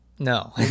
No